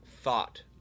thought